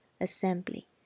assembly